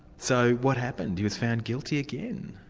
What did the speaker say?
so what happened? he was found guilty again?